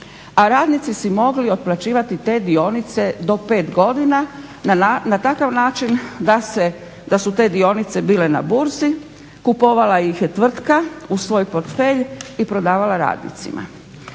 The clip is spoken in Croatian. a radnici su mogli otplaćivati te dionice do pet godina na takav način da su te dionice bile na burzi, kupovala ih je tvrtka u svoj portfelj i prodavala radnicima.